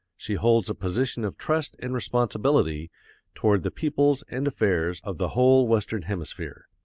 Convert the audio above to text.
she holds a position of trust and responsibility toward the peoples and affairs of the whole western hemisphere.